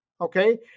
okay